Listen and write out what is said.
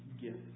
gift